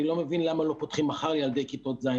אני לא מבין למה לא פותחים מחר ילדי כיתות ז',